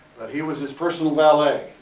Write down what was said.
he was his personal valet.